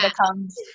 becomes